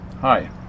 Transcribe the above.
Hi